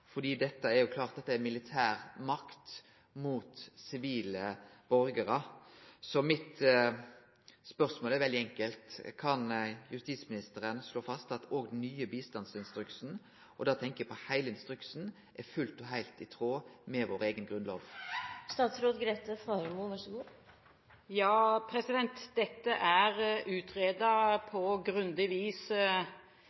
jo handlar om bruk av militær makt mot sivile borgarar. Spørsmålet mitt er veldig enkelt: Kan justisministeren slå fast at òg den nye bistandsinstruksen – og då tenkjer eg på heile instruksen – er fullt og heilt i tråd med vår eiga grunnlov? Ja, dette er utredet på grundig vis også i Justis- og beredskapsdepartementet, så